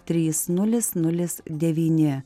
trys nulis nulis devyni